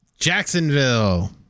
Jacksonville